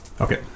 Okay